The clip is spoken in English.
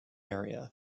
area